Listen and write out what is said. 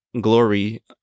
glory